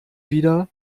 wieder